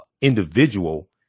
individual